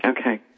Okay